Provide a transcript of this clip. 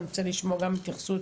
אני רוצה לשמוע גם התייחסות,